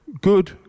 good